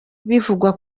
bivugwa